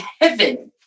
heaven